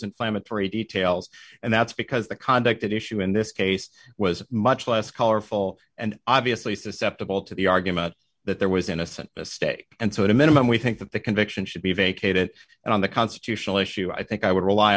inflammatory details and that's because the conduct issue in this case was much less colorful and obviously susceptible to the argument that there was innocent mistake and so at a minimum we think that the conviction should be vacated and on the constitutional issue i think i would rely